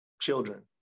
Children